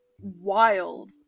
wild